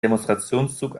demonstrationszug